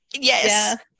yes